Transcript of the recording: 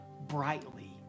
brightly